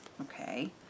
Okay